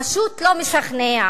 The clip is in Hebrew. פשוט לא משכנע.